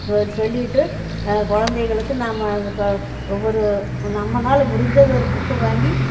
சொல் சொல்லிட்டு குழந்தைகளுக்கு நம்ம அது இப்போ ஒவ்வொரு நம்மனால் முடிஞ்சது ஒரு புக்கு வாங்கி